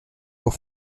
pour